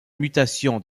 mutation